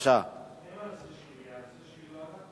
ממלחמת השחרור ועד היום כדי לשחרר את ירושלים,